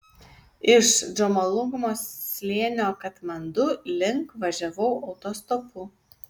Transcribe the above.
iš džomolungmos slėnio katmandu link važiavau autostopu